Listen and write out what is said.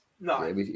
No